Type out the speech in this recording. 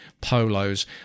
polos